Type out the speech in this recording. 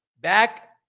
back